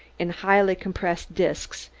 in highly compressed disks,